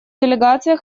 делегация